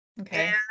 Okay